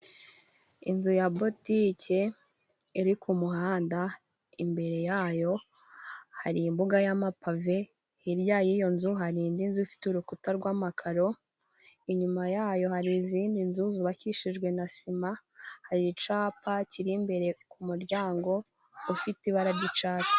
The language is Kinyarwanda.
Inzu ya botike iri ku muhanda, imbere yayo hari imbuga y'amapave, hirya y'iyo nzu hari indi nzu ifite urukuta rw'amakaro, inyuma yayo hari izindi nzu zubakishijwe na sima, hari icapa ciri imbere ku muryango ufite ibara ry'icatsi.